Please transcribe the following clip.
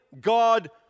God